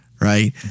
right